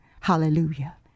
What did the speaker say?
hallelujah